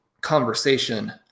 conversation